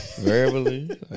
verbally